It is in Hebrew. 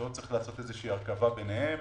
שצריך לעשות איזו הרכבה ביניהן,